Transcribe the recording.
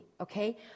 okay